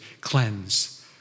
cleanse